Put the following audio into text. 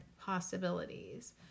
possibilities